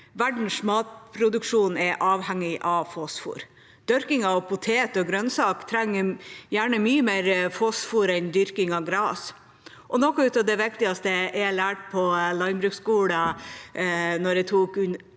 Verdens matproduksjon er avhengig av fosfor. Dyrking av poteter og grønnsaker trenger mye mer fosfor enn dyrking av gress. Noe av det viktigste jeg lærte på landbruksskolen